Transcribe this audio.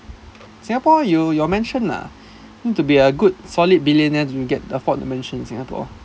singapore you your mansion ah need to be a good solid billionaire to get to afford mansion in singapore